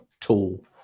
tool